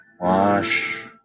Wash